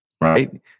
Right